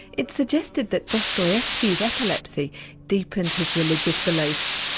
it's suggested that dostoevsky's epilepsy deepened his religious beliefs.